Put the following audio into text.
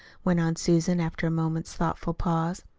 went on susan, after a moment's thoughtful pause.